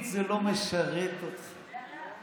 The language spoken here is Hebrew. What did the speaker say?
כעת אנחנו עוברים להצעת החוק הבאה,